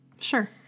Sure